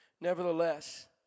Nevertheless